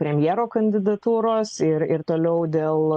premjero kandidatūros ir ir toliau dėl